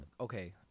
Okay